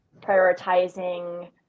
prioritizing